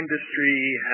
industry